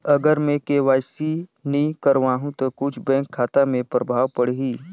अगर मे के.वाई.सी नी कराहू तो कुछ बैंक खाता मे प्रभाव पढ़ी?